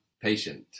Patient